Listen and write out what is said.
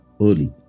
early